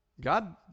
God